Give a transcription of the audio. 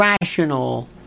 rational